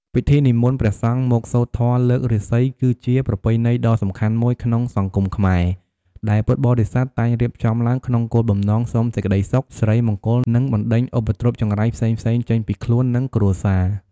ពិធីនិមន្តព្រះសង្ឃមកសូត្រធម៌លើករាសី គឺជាប្រពៃណីដ៏សំខាន់មួយក្នុងសង្គមខ្មែរ ដែលពុទ្ធបរិស័ទតែងរៀបចំឡើងក្នុងគោលបំណងសុំសេចក្តីសុខ សិរីមង្គល និងបណ្ដេញឧបទ្រពចង្រៃផ្សេងៗចេញពីខ្លួន និងគ្រួសារ។